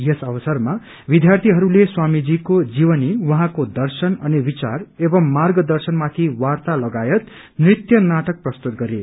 यस अवसरमा विद्यार्थीहरूले स्वामीजीको जीवनी उहाँको दर्शन अनि विचार एवं मार्ग दर्शनमाथि वार्ता लगायत नृत्य नाटक प्रस्तुत गरे